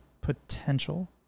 potential